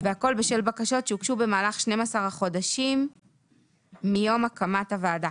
והכול בשל בקשות שהוגשו במהלך 12 החודשים הראשונים מיום הקמת הוועדה.